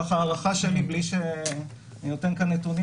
זו ההערכה שלי בלי שאני נותן כאן נתונים,